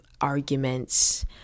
arguments